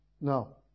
no